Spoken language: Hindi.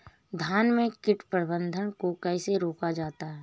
धान में कीट प्रबंधन को कैसे रोका जाता है?